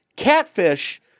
Catfish